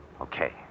Okay